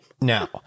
Now